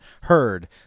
heard